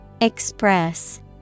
Express